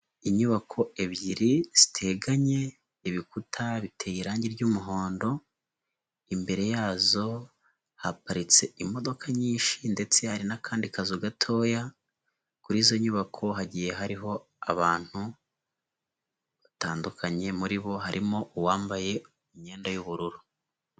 Inyubako ebyiri ziteganye ibikuta biteye irangi ry'umuhondo, imbere yazo haparitse imodoka nyinshi ndetse hari n'akandi kazu gatoya, kuri izo nyubako hagiye hariho abantu batandukanye muri bo harimo uwambaye imyenda y'ubururu.